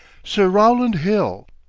sir rowland hill.